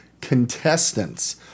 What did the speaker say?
contestants